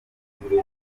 sinkunda